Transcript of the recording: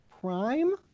Prime